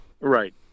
Right